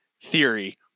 theory –